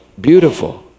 beautiful